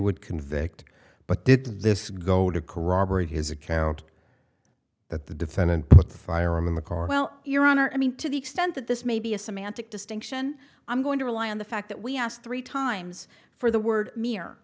would convict but did this go to corroborate his account that the defendant put the firearm in the car well your honor i mean to the extent that this may be a semantic distinction i'm going to rely on the fact that we asked three times for the word